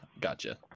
gotcha